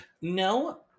no